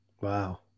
Wow